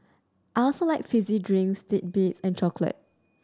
I also like fizzy drinks titbits and chocolate